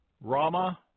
Rama